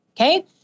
Okay